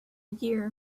year